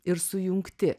ir sujungti